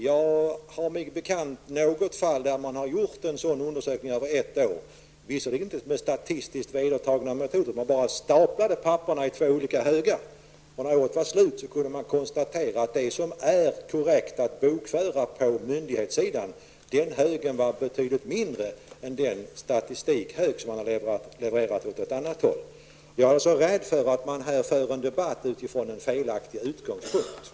Jag känner till ett fall där en sådan undersökning har gjorts under ett år. Visserligen handlade det inte om statistiskt vedertagna metoder, men man staplade pappren i två olika högar. När året var slut kunde konstateras att den hög som bokfördes på myndighetssidan var betydligt mindre än den statistikhög som skulle levereras till andra. Jag är alltså rädd för att man här för en debatt utifrån en felaktig utgångspunkt.